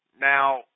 Now